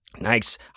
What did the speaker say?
nice